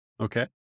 Okay